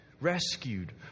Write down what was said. rescued